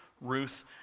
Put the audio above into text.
Ruth